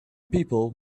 people